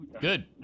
Good